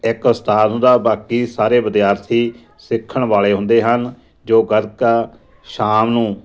ਇੱਕ ਉਸਤਾਦ ਹੁੰਦਾ ਬਾਕੀ ਸਾਰੇ ਵਿਦਿਆਰਥੀ ਸਿੱਖਣ ਵਾਲੇ ਹੁੰਦੇ ਹਨ ਜੋ ਗਤਕਾ ਸ਼ਾਮ ਨੂੰ